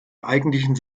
eigentlichen